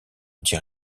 anti